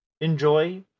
enjoy